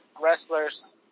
wrestlers